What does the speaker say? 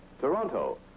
Toronto